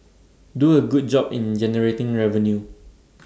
do A good job in generating revenue